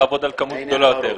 לעבוד על כמות גדולה יותר.